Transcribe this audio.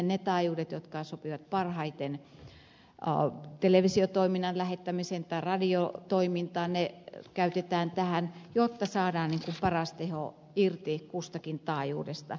ne taajuudet jotka sopivat parhaiten televisiotoiminnan lähettämiseen tai radiotoimintaan käytetään tähän jotta saadaan ikään kuin paras teho irti kustakin taajuudesta